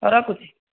ହେଉ ରଖୁଛି